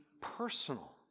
personal